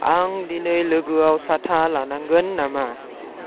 आं दिनै लोगोआव साथा लानांगोन नामा